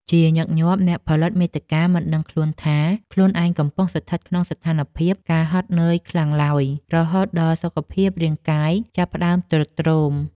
ជាញឹកញាប់ អ្នកផលិតមាតិកាមិនដឹងខ្លួនថាខ្លួនឯងកំពុងស្ថិតក្នុងស្ថានភាព ការហត់នឿយខ្លាំងឡើយ រហូតដល់សុខភាពរាងកាយចាប់ផ្ដើមទ្រុឌទ្រោម។